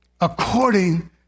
According